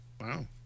Wow